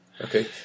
Okay